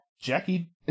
Jackie